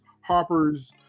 Harper's